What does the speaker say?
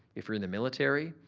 if you're in the military,